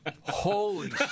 holy